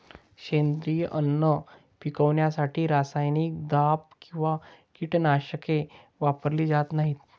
सेंद्रिय अन्न पिकवण्यासाठी रासायनिक दाब किंवा कीटकनाशके वापरली जात नाहीत